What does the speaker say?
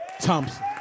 Thompson